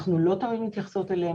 אנחנו לא תמיד מתייחסות אליהן,